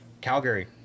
calgary